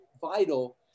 vital